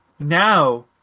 Now